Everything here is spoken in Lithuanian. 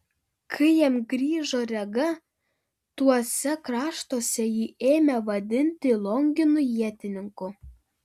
kai jam grįžo rega tuose kraštuose jį ėmė vadinti longinu ietininku